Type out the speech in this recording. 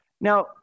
Now